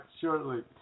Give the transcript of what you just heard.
shortly